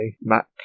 Mac